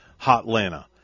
Hotlanta